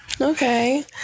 Okay